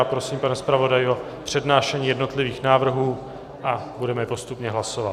Prosím pana zpravodaje o přednášení jednotlivých návrhů a budeme postupně hlasovat.